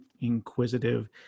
inquisitive